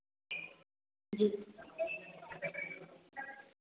जी